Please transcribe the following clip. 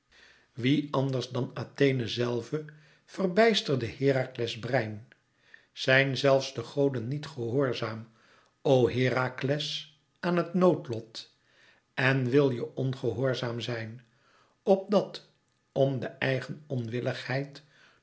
wie anders dan athena zelve verbijsterde herakles brein zijn zelfs de goden niet gehoorzaam o herakles aan het noodlot en wil je ongehoorzaam zijn opdat om de eigen onwilligheid